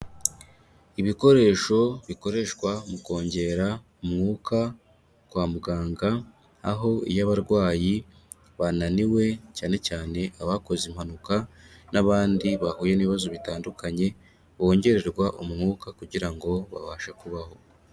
Ibikoresho bikoreshwa mu kongera umwuka kwa muganga, aho iyo abarwayi bananiwe cyane cyane abakoze impanuka n'abandi bahuye n'ibibazo bitandukanye bongererwa umwuka kugira ngo babashe kubaho.